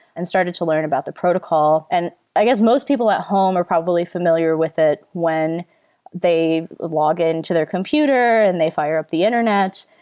and started to learn about the protocol. and i guess most people at home are probably familiar with it when they log in to their computer and they fire up the internet.